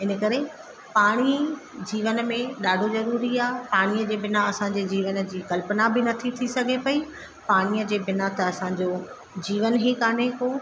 इन करे पाणी जीवन में ॾाढो ज़रूरी आहे पाणीअ जे बिना असांजे जीवन जी कल्पना बि नथी थी सघे पई पाणीअ जे बिना त असांजो जीवन ई कोन्हे को